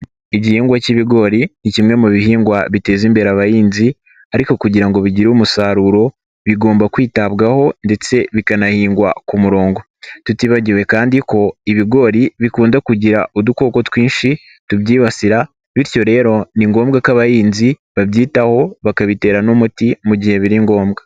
Igihingwa cy'ibigori ni kimwe mu bihingwa biteza imbere abahinzi, ariko kugira ngo bigire umusaruro bigomba kwitabwaho ndetse bikanahingwa ku murongo, tutibagiwe kandi ko ibigori bikunda kugira udukoko twinshi tubyibasira, bityo rero ni ngombwa ko abahinzi babyitaho bakabitera n'umuti mu gihe biri ngombwa.